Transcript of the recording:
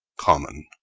common.